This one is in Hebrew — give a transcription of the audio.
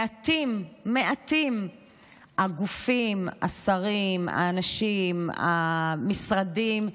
מעטים מעטים הגופים, השרים, האנשים, המשרדים,